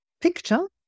picture